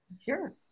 sure